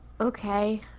Okay